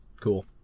Cool